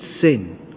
sin